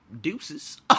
deuces